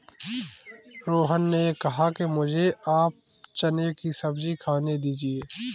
रोहन ने कहा कि मुझें आप चने की सब्जी खाने दीजिए